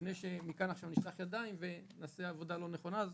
לפני שעכשיו נשלח ידיים מכאן ונעשה עבודה לא נכונה.